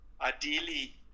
ideally